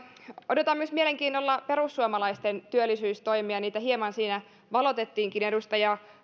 odotan myös mielenkiinnolla perussuomalaisten työllisyystoimia joita hieman siinä valotettiinkin edustaja